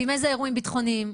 ועם איזה אירועים ביטחוניים,